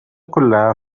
كلها